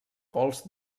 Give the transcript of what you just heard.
pols